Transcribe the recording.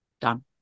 done